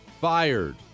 fired